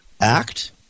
act